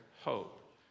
hope